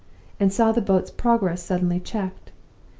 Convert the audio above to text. and saw the boat's progress suddenly checked.